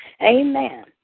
Amen